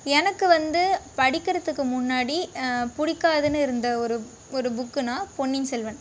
எனக்கு வந்து படிக்கிறதுக்கு முன்னாடி பிடிக்காதுன்னு இருந்த ஒரு ஒரு புக்குனால் பொன்னியின் செல்வன்